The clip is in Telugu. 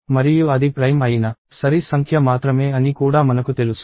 మరియు అది ప్రైమ్ అయిన సరి సంఖ్య మాత్రమే అని కూడా మనకు తెలుసు